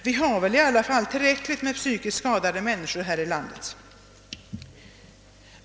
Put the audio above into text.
Vi har väl i alla fall tillräckligt många psykiskt skadade här i landet.